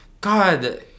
God